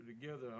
together